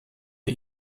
der